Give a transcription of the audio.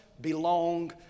belong